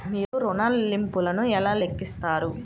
మీరు ఋణ ల్లింపులను ఎలా లెక్కిస్తారు?